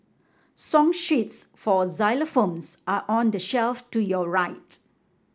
song sheets for xylophones are on the shelf to your right